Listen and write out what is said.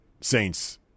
Saints